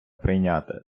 прийняти